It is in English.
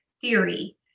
Theory